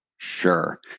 Sure